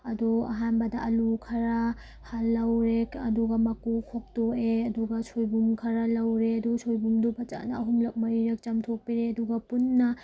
ꯑꯗꯨ ꯑꯍꯥꯟꯕꯗ ꯑꯥꯜꯂꯨ ꯈꯔ ꯂꯧꯔꯦ ꯑꯗꯨꯒ ꯃꯀꯨ ꯈꯣꯛꯇꯣꯛꯑꯦ ꯑꯗꯨꯒ ꯁꯣꯏꯕꯨꯝ ꯈꯔ ꯂꯧꯔꯦ ꯑꯗꯨ ꯁꯣꯏꯕꯨꯝꯗꯨ ꯐꯖꯅ ꯑꯍꯨꯝꯔꯛ ꯃꯔꯤꯔꯛ ꯆꯥꯝꯊꯣꯛꯄꯤꯔꯦ ꯑꯗꯨꯒ ꯄꯨꯟꯅ